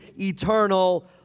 eternal